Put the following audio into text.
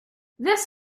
this